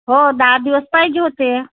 हो दहा दिवस पाहिजे होते